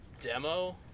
demo